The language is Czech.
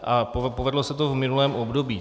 A povedlo se to v minulém období.